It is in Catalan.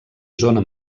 zona